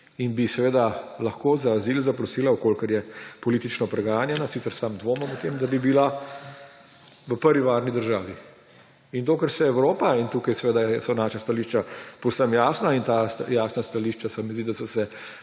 in bi seveda lahko za azil zaprosila, če je politično preganjana − sicer sam dvomim o tem, da bi bila − v prvi varni državi. In dokler se Evropa, in tukaj seveda so naša stališča povsem jasna in ta jasna stališča se mi zdi, da so se